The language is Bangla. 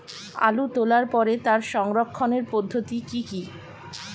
আলু তোলার পরে তার সংরক্ষণের পদ্ধতি কি কি?